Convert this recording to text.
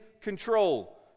control